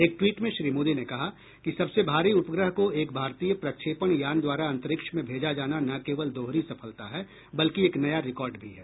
एक ट्वीट में श्री मोदी ने कहा कि सबसे भारी उपग्रह को एक भारतीय प्रक्षेपण यान द्वारा अंतरिक्ष में भेजा जाना न केवल दोहरी सफलता है बल्कि एक नया रिकॉर्ड भी है